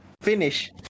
Finish